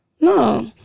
No